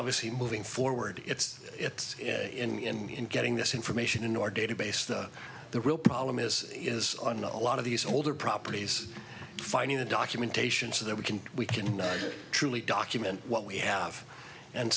obviously moving forward it's it's in getting this information in our database the the real problem is is on a lot of these older properties finding the documentation so that we can we can truly document what we have and